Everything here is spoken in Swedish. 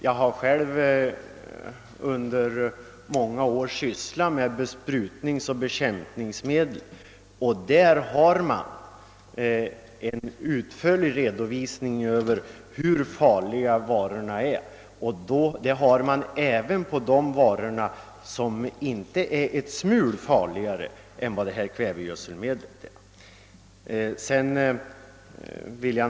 Jag har själv under många år sysslat med besprutningsoch bekämpningsmedel, och i fråga om dessa lämnas en utförlig redovisning av hur pass farliga medlen är. Det sker även beträffande varor som ingalunda är farligare än detta kvävegödselmedel.